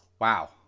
Wow